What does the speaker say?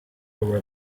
over